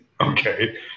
okay